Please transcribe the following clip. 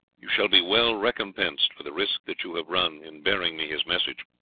you shall be well recompensed for the risk that you have run in bearing me his message.